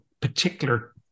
particular